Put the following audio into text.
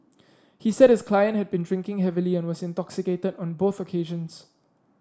he said his client had been drinking heavily and was intoxicated on both occasions